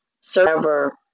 server